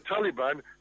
Taliban